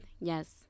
yes